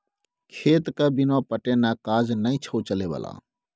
खेतके बिना पटेने काज नै छौ चलय बला